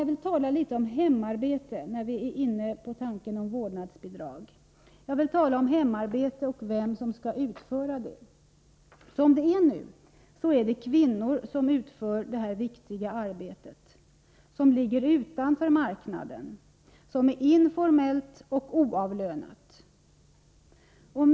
Jag vill också tala litet om hemarbete och om vem som skall utföra det. Vi har ju redan kommit in på det här med vårdnadsbidrag. Som det är nu så är det kvinnor som utför detta viktiga arbete som ligger utanför marknaden, som är informellt och oavlönat.